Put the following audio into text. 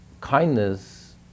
kindness